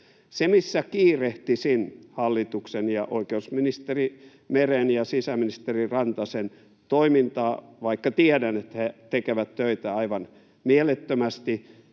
Se, missä kiirehtisin hallituksen ja oikeusministeri Meren ja sisäministeri Rantasen toimintaa — vaikka tiedän, että he tekevät töitä aivan mielettömästi